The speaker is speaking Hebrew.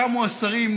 קמו השרים,